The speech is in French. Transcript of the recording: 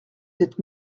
sept